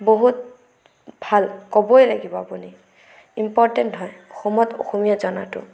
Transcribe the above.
বহুত ভাল ক'বই লাগিব আপুনি ইম্পৰটেণ্ট হয় অসমত অসমীয়া জানাটো